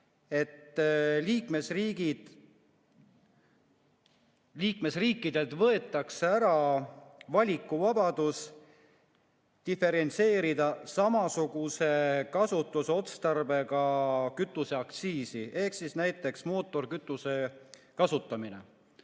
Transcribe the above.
et liikmesriikidelt võetakse ära valikuvabadus diferentseerida samasuguse kasutusotstarbega kütuste aktsiise, näiteks [võib tuua] mootorikütusena kasutamise.